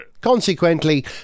Consequently